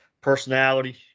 personality